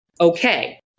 okay